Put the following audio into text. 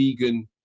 vegan